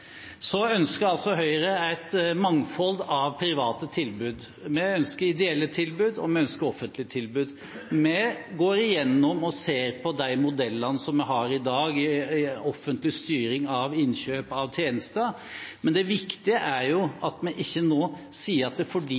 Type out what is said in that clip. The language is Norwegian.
så mange skritt mot venstre. Høyre ønsker et mangfold av private tilbud, vi ønsker ideelle tilbud, og vi ønsker offentlige tilbud. Vi går igjennom og ser på de modellene vi har i dag for offentlig styring av innkjøp og tjenester, men det viktige er at vi ikke nå sier at